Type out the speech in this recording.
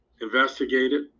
investigated